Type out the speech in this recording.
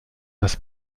dass